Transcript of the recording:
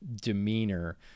demeanor